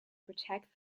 protect